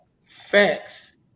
facts